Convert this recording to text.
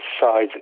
size